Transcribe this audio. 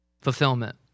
Fulfillment